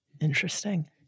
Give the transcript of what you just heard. Interesting